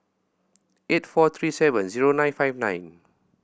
eight four three seven zero nine five nine